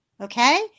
okay